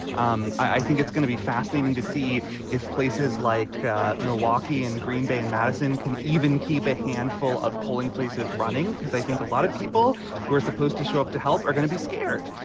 um i think it's going to be fascinating to see if places like milwaukee and green bay and madison can even keep a handful of polling places running, because i think a lot of people who are supposed to show up to help are going to be scared.